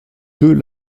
deux